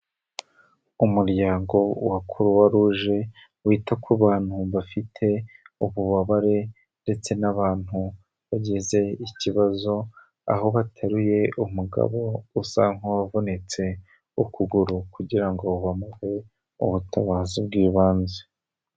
Umuryango wa Croix Rouge wita ku bantu bafite ububabarendetse nabantu bagize ikibazo, aho bateruye umugabo usa nk'uwavunitse ukuguru kugira ngo bamuhe ubutabazi bw'ibanze.